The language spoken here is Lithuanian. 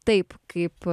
taip kaip